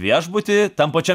viešbutyj tam pačiam